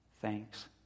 Thanks